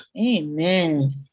Amen